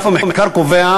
מרכז המחקר קובע,